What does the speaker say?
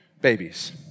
babies